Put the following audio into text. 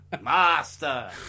Master